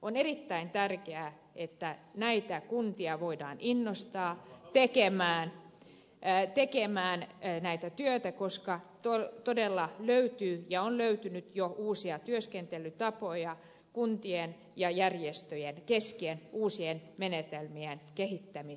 on erittäin tärkeää että näitä kuntia voidaan innostaa tekemään tätä työtä koska todella on löytynyt jo uusia työskentelytapoja kuntien ja järjestöjen kesken uusien menetelmien kehittämiseksi